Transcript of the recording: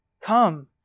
Come